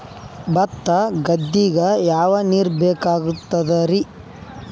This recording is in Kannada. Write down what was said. ಭತ್ತ ಗದ್ದಿಗ ಯಾವ ನೀರ್ ಬೇಕಾಗತದರೀ?